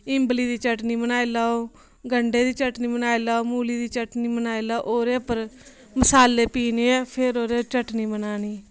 इबंली दी चटनी बनाई लैओ गंढे दी चटनी बनाई लैओ मूली दी चटनी बनाई लैओ ओह्दे उप्पर मसाले पीह्ने फिर ओह्दे पर चटनी बनानी